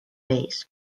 vees